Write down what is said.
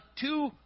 two